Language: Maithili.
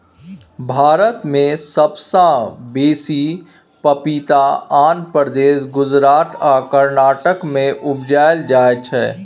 भारत मे सबसँ बेसी पपीता आंध्र प्रदेश, गुजरात आ कर्नाटक मे उपजाएल जाइ छै